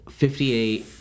58